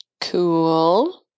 Cool